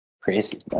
crazy